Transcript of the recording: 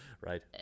Right